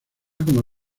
como